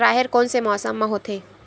राहेर कोन से मौसम म होथे?